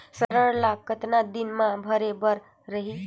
ऋण ला कतना दिन मा भरे बर रही?